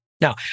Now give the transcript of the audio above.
Now